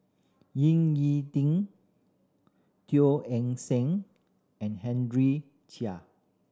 Ying E Ding Teo Eng Seng and Henry Chia